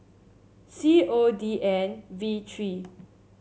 C O D N V three